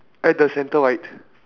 at the center right